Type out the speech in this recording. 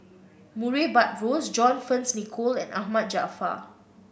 Murray Buttrose John Fearns Nicoll and Ahmad Jaafar